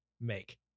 make